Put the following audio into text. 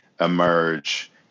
emerge